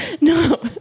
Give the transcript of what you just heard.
No